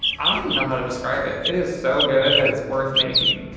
i don't even know how to describe it. it is so good that it's worth making.